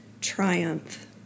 triumph